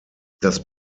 das